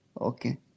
Okay